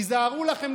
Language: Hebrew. תיזהרו לכם,